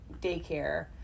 daycare